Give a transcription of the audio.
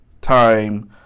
Time